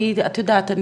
את יודעת,